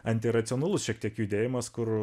antiracionalus šiek tiek judėjimas kur